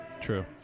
True